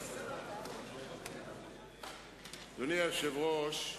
אדוני היושב-ראש,